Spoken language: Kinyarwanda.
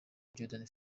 jordan